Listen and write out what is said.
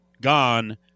gone